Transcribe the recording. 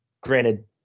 Granted